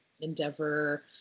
endeavor